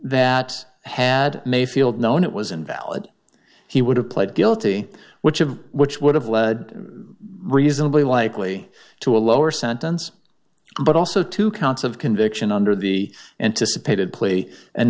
that had mayfield known it was invalid he would have pled guilty which of which would have led reasonably likely to a lower sentence but also two counts of conviction under the anticipated plea and